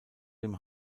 dem